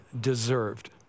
deserved